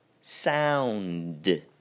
Sound